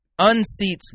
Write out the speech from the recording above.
unseats